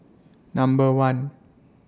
Number one